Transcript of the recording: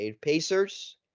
Pacers